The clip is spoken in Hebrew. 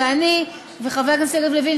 ואני וחבר הכנסת יריב לוין,